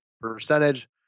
percentage